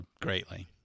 greatly